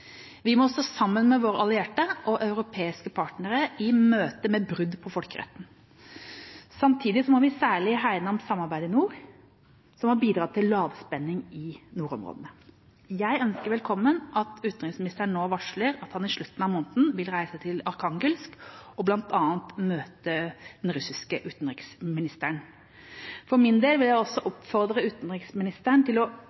Vi må stå sammen med våre allierte og våre europeiske partnere i møte med brudd på folkeretten. Samtidig må vi særlig hegne om samarbeidet i nord, som har bidratt til lavspenning i nordområdene. Jeg ønsker velkommen at utenriksministeren nå varsler at han i slutten av måneden vil reise til Arkhangelsk og møte bl.a. den russiske utenriksministeren. For min del vil jeg også oppfordre utenriksministeren til ikke å